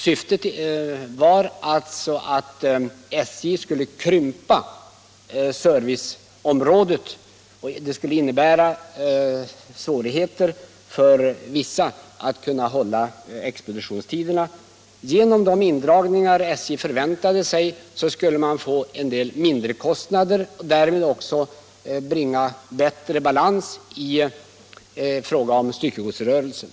Syftet var alltså att SJ skulle krympa serviceområdet därför att det skulle innebära svårigheter för vissa stationer att hålla expeditionstiderna. Genom de indragningar som SJ då förväntade sig skulle man få en del mindrekostnader och därmed uppnå bättre balans i styckegodsrörelsen.